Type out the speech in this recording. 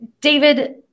David